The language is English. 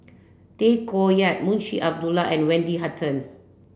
Tay Koh Yat Munshi Abdullah and Wendy Hutton